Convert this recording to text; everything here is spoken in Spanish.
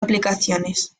aplicaciones